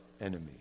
enemy